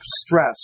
stress